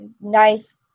nice